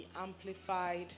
amplified